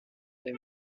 des